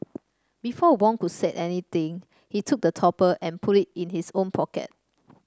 before Wong could say anything he took the topper and put it in his own pocket